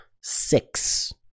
six